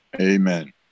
Amen